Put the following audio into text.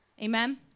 Amen